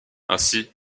ainsi